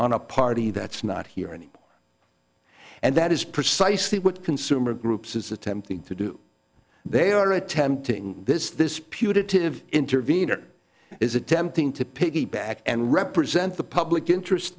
on a party that's not here any and that is precisely what consumer groups is attempting to do they are attempting this this putative intervenor is attempting to piggyback and represent the public interest